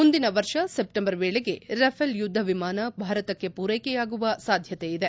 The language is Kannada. ಮುಂದಿನ ವರ್ಷ ಸೆಪ್ಟೆಂಬರ್ ವೇಳೆಗೆ ರಫೆಲ್ ಯುದ್ದ ವಿಮಾನ ಭಾರತಕ್ಕೆ ಪೂರೈಕೆಯಾಗುವ ಸಾಧ್ಯತೆಯಿದೆ